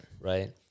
right